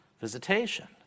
visitation